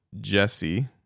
Jesse